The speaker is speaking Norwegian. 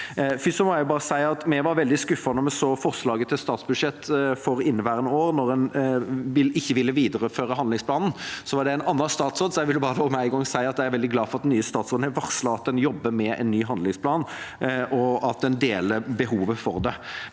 Først må jeg si at vi var veldig skuffet da vi så forslaget til statsbudsjett for inneværende år, der en ikke ville videreføre handlingsplanen. Det var med en annen statsråd, så jeg vil med en gang si at jeg er veldig glad for at den nye statsråden har varslet at en jobber med en ny handlingsplan, og for at vi deler synet på behovet for det.